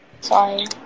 Sorry